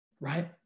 right